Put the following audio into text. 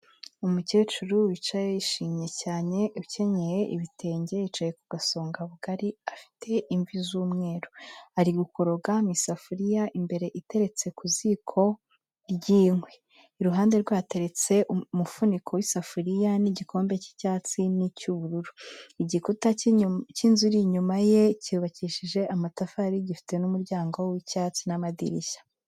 Umukecuru wicaye yishimye cyane, ukenyeye ibitenge, yicaye ku gasongabugari afite imvi z'umweru, ari gukoroga mu isafuriya imbere iteretse ku ziko ry'inkwi, iruhande rwe hateretse umufuniko w'isafuriya n'igikombe cy'icyatsi, n'icy'ubururu, igikuta cy'inzu iri inyuma ye cyubakishije amatafari, gifite n'umuryango w'icyatsi n'amadirishya.